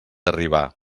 arribar